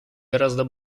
гораздо